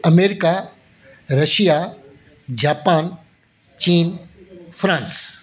America Russia Japan China France